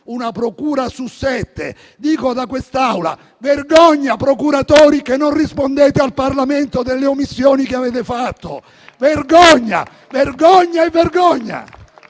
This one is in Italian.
una procura su sette. Da quest'Aula dico: vergogna, procuratori che non rispondete al Parlamento delle omissioni che avete fatto! Vergogna, vergogna e vergogna!